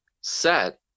set